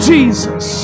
Jesus